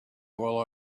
while